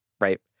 right